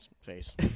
face